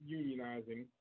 unionizing